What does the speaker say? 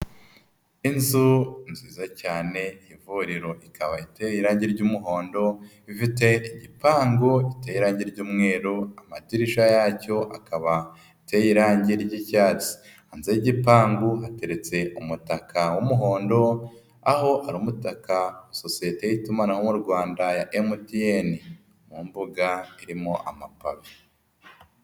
Inzu nziza cyane y'ivuriro ikaba iteye irange ry'umuhondo, ifite igipangu giteye irangi ry'umweru, amadirisha yacyo akaba iteye irange ry'icyatsi, hanze y'igipangu hateretse umutaka w'umuhondo aho ari umutaka wa sosiyete y'itumanahou Rwanda ya MTN mu mbuga irimo amapave.